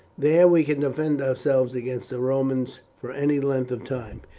there we can defend ourselves against the romans for any length of time.